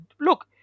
Look